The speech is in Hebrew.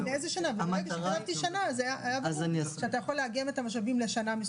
צריכה להיות לנו אמירה מאוד משמעותית שכן תילקח בחשבון.